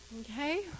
Okay